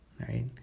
Right